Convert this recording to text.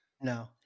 No